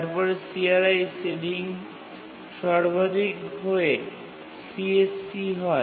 তারপরে CRi ceiling সর্বাধিক হয়ে CSC হয়